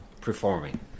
performing